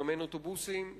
לממן אוטובוסים,